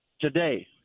Today